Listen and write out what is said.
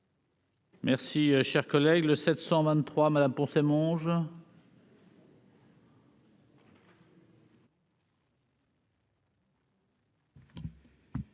Merci, cher collègue, le 718 Madame Poncet Monge.